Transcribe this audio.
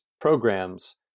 programs